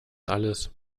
alles